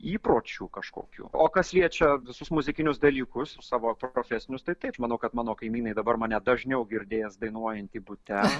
įpročių kažkokių o kas liečia visus muzikinius dalykus savo profesinius tai taip manau kad mano kaimynai dabar mane dažniau girdės dainuojantį bute